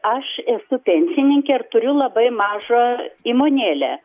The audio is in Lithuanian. aš esu pensininkė ir turiu labai mažą įmonėlę